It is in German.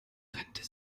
rente